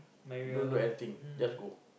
don't do anything just go